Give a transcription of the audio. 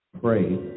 pray